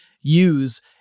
use